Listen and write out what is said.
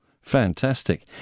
Fantastic